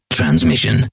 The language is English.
transmission